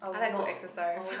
I like to exercise